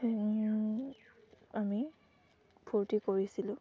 আমি ফূৰ্তি কৰিছিলোঁ